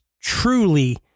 truly